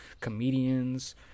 comedians